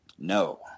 No